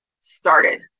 started